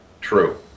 true